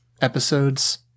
episodes